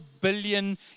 billion